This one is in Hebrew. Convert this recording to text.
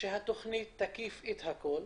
שהתכנית תקיף את הכול.